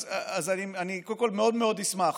אז אני קודם כול מאוד מאוד אשמח